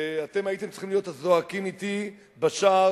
ואתם הייתם צריכים להיות הזועקים אתי בשער,